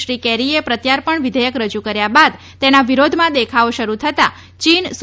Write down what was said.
શ્રી કેરીએ પ્રત્યાર્પણ વિઘેયક રજૂ કર્યા બાદ તેના વિરોધમાં દેખાવો શરૂ થતા ચીન સુ